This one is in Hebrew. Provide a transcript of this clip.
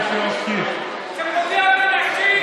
שפוגע בכל השכבות החלשות,